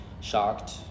shocked